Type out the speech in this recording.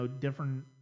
different